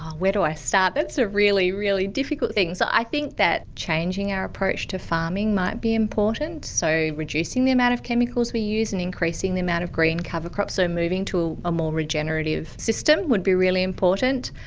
where do i start? that's a really, really difficult thing. so i think that changing our approach to farming might be important, so reducing the amount of chemicals we use and increasing the amount of green cover crop, so moving to a more regenerative system would be really important.